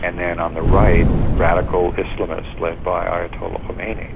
and then on the right, radical islamists led by ayatollah khomeni,